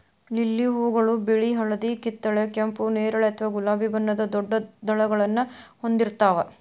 lily ಹೂಗಳು ಬಿಳಿ, ಹಳದಿ, ಕಿತ್ತಳೆ, ಕೆಂಪು, ನೇರಳೆ ಅಥವಾ ಗುಲಾಬಿ ಬಣ್ಣದ ದೊಡ್ಡ ದಳಗಳನ್ನ ಹೊಂದಿರ್ತಾವ